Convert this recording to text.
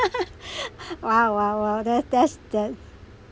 !wow! !wow! !wow! there there's that